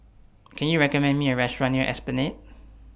Can YOU recommend Me A Restaurant near Esplanade